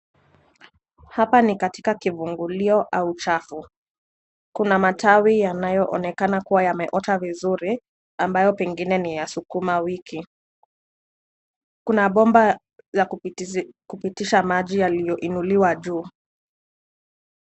Hapa ni katika kivungulio au chafu. Kuna matawi yanayoonekana kuwa yameota vizuri, ambayo pengine ni ya sukuma wiki. Kuna bomba la kupitisha maji yaliyoinuliwa juu.